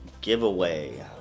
giveaway